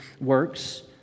works